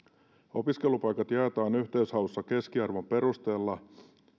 opiskelupaikat jaetaan yhteishaussa keskiarvon perusteella